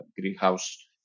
greenhouse